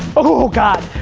oh, god!